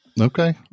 Okay